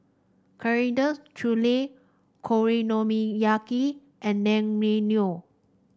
Coriander Chutney Okonomiyaki and Naengmyeon